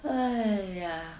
!aiya!